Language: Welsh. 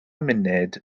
munud